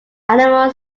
animal